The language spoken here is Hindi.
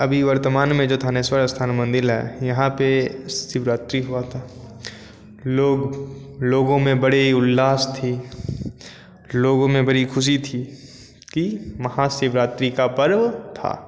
अभी वर्तमान में जो थानेश्वर स्थान मंदिर है यहाँ पे शिवरात्री हुई थी लोग लोगों में बड़ा उल्लास थी लोगों में बड़ी खुशी थी कि महाशिवरात्री का पर्व था